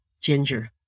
ginger